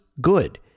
good